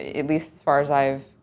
at least as far as i've,